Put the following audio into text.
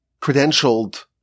credentialed